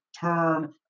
Term